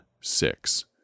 six